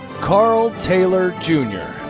carl taylor, jnr.